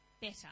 better